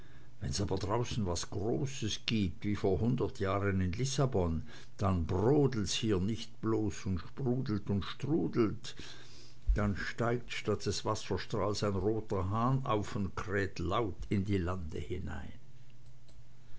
wenn's aber draußen was großes gibt wie vor hundert jahren in lissabon dann brodelt's hier nicht bloß und sprudelt und strudelt dann steigt statt des wasserstrahls ein roter hahn auf und kräht laut in die lande hinein